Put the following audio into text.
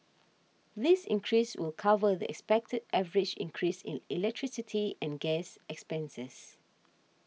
this increase will cover the expected average increase in electricity and gas expenses